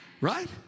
Right